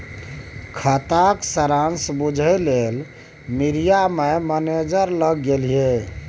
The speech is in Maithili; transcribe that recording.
खाताक सारांश बुझय लेल मिरिया माय मैनेजर लग गेलीह